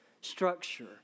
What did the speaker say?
structure